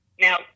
Now